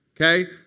okay